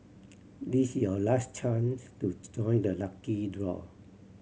this is your last chance to join the lucky draw